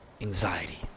Anxiety